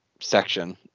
section